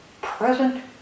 present